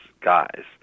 guys